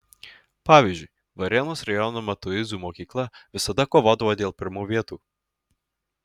pavyzdžiui varėnos rajono matuizų mokykla visada kovodavo dėl pirmų vietų